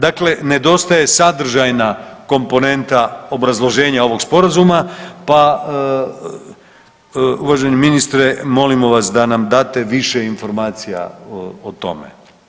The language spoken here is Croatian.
Dakle, nedostaje sadržajna komponenta obrazloženja ovog Sporazuma pa uvaženi ministre, molimo vas da nam date više informacija o tome.